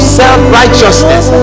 self-righteousness